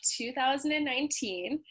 2019